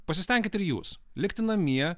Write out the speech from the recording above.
pasistenkit ir jūs likti namie